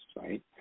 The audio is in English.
right